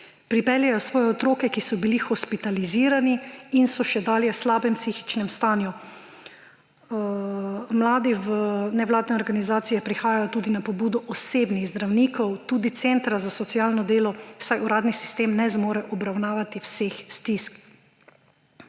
Pripeljejo svoje otroke, ki so bili hospitalizirani in so še dalje v slabem psihičnem stanju. Mladi v nevladne organizacije prihajajo tudi na pobudo osebnih zdravnikov tudi centra za socialno delo, saj uradni sistem ne zmore obravnavati vseh stisk.«